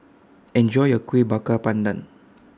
Enjoy your Kuih Bakar Pandan